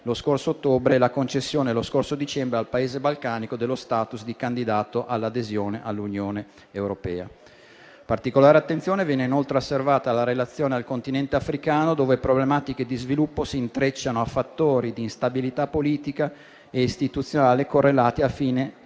lo scorso ottobre e la concessione, lo scorso dicembre, al Paese balcanico dello *status* di candidato all'adesione all'Unione europea. Particolare attenzione viene inoltre riservata dalla relazione al continente africano, dove problematiche di sviluppo si intrecciano a fattori di instabilità politica e istituzionale, correlati a sfide epocali